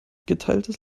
geteiltes